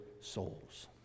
souls